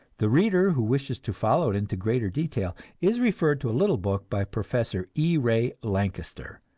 the reader who wishes to follow it into greater detail is referred to a little book by professor e. ray lankester,